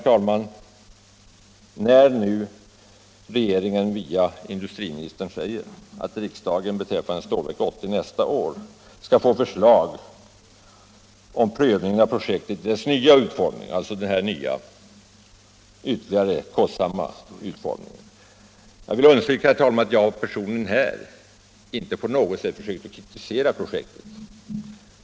Regeringen säger nu via industriministern att riksdagen nästa år skall få sig förelagd till prövning förslag angående projektet Stålverk 80 i dess nya och ännu kostsammare utformning. Jag vill, herr talman, understryka att jag personligen inte på något sätt försöker kritisera projektet.